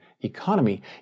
economy